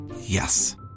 Yes